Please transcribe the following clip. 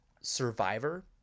survivor